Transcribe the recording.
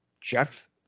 Jeff